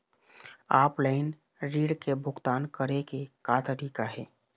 Offline ऋण के भुगतान करे के का तरीका हे?